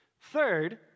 Third